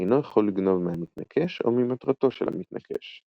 אינו יכול לגנוב מהמתנקש או ממטרתו של המתנקש.